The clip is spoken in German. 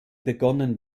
begonnen